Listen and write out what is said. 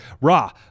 Raw